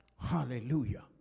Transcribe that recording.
Hallelujah